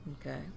Okay